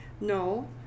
No